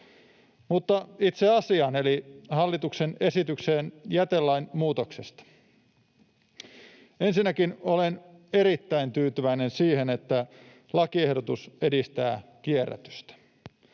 Mutta itse asiaan, eli hallituksen esitykseen jätelain muutokseen. Ensinnäkin olen erittäin tyytyväinen siihen, että lakiehdotus edistää kierrätystä.